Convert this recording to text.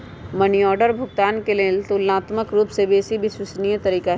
money order भुगतान के लेल ततुलनात्मक रूपसे बेशी विश्वसनीय तरीका हइ